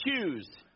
choose